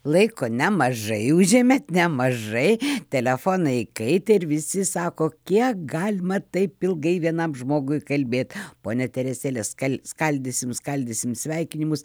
laiko nemažai užėmėt nemažai telefonai įkaitę ir visi sako kiek galima taip ilgai vienam žmogui kalbėt pone teresėle skal skaldysim skaldysim sveikinimus